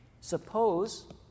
Suppose